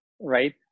right